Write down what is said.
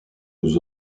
aux